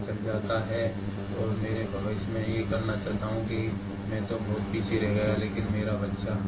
चल जाता है और मेरे भविष्य में यह करना चाहता हूं कि मैं तो बहुत पीछे रह गया लेकिन मेरा बच्चा